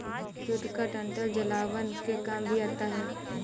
jute का डंठल जलावन के काम भी आता है